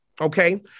Okay